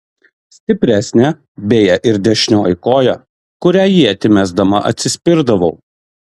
stipresnė beje ir dešinioji koja kuria ietį mesdama atsispirdavau